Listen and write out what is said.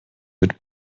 mit